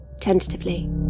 tentatively